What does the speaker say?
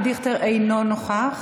אינו נוכח.